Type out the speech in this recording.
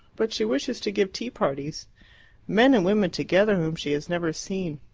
but she wishes to give tea-parties men and women together whom she has never seen.